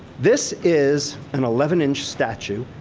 this is an eleven inch statue.